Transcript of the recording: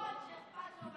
הוא האחרון שאכפת לו,